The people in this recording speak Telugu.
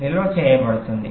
నిల్వ చేయబడుతుంది